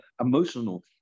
emotional